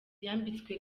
yambitswe